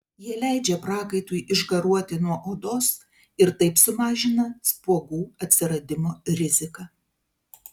jie leidžia prakaitui išgaruoti nuo odos ir taip sumažina spuogų atsiradimo riziką